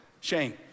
Shame